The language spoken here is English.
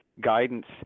guidance